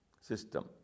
system